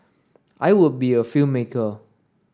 I would be a filmmaker